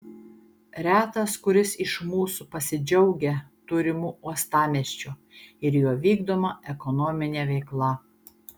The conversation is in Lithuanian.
retas kuris iš mūsų pasidžiaugia turimu uostamiesčiu ir jo vykdoma ekonomine veikla